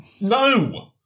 no